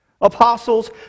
Apostles